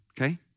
Okay